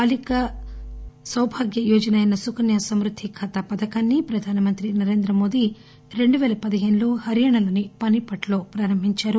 బాలిక సమ్పద్ది యోజన అయిన సుకన్య సమృద్ది ఖాతా పథకాన్ని ప్రధానమంత్రి నరేంద్రమోదీ రెండువేల పదిహేనులో హర్యానాలోని పానిపట్లో ప్రారంభించారు